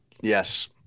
Yes